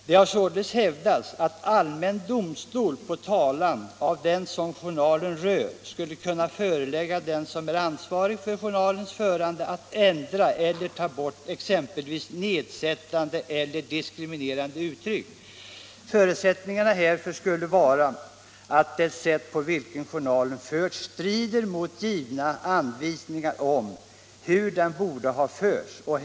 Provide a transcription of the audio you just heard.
Det har således hävdats att allmän domstol på talan av den journalen rör skulle kunna förelägga den som är ansvarig för journalens förande att ändra eller ta bort exempelvis nedsättande eller diskriminerande uttryck. Förutsättningen härför skulle vara att det sätt på vilket journalen förts strider mot givna anvisningar om hur den borde ha förts.